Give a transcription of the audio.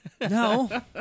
No